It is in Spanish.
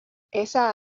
esa